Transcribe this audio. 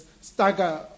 stagger